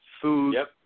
food